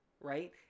Right